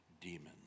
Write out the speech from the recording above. demons